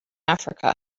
africa